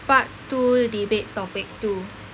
part two debate topic two